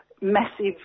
massive